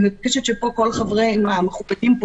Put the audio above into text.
אני מבקשת שפה כל החברים המכובדים פה